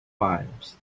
files